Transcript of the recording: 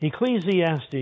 Ecclesiastes